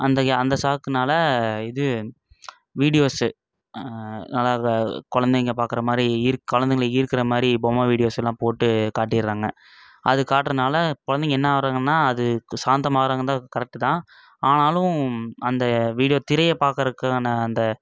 அந்த அந்த சாக்குனால் இது வீடியோஸு அதாவது குழந்தைங்க பார்க்கற மாதிரி ஈர்க் குழந்தைங்கள ஈர்க்கிற மாதிரி பொம்மை வீடியோஸ் எல்லாம் போட்டு காட்டிடுறாங்க அது காட்டுறனால் குழந்தைங்க என்ன ஆகிறாங்கன்னா அது சாந்தமாகிறாங்க தான் கரெக்டு தான் ஆனாலும் அந்த வீடியோ திரையை பார்க்குறக்கான அந்த